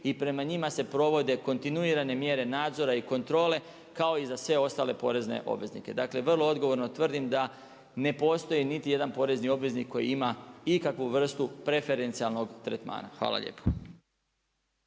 i prema njima se provode kontinuirane mjere nadzora i kontrole kao i za sve ostale porezne obveznike. Dakle, vrlo odgovorno tvrdim da ne postoji niti jedan porezni obveznik koji ima ikakvu vrstu preferencijalnog tretmana. Hvala lijepo.